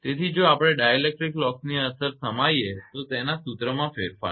તેથી જો આપણે ડાઇલેક્ટ્રિક લોસની અસર સમાવીએ તો તેના સૂત્ર માં ફેરફાર થશે